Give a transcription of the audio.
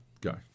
go